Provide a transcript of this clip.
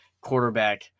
quarterback